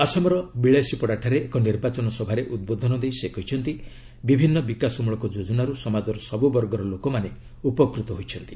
ଆସାମର ବିଳାସୀପଡ଼ା ଠାରେ ଏକ ନିର୍ବାଚନ ସଭାରେ ଉଦ୍ବୋଧନ ଦେଇ ସେ କହିଛନ୍ତି ବିଭିନ୍ନ ବିକାଶ ମଳକ ଯୋଜନାରୁ ସମାଜର ସବୁବର୍ଗର ଲୋକମାନେ ଉପକୃତ ହୋଇଛନ୍ତି